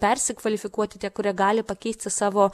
persikvalifikuoti tie kurie gali pakeisti savo